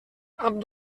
amb